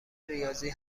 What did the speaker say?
ریاضی